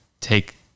take